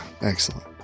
Excellent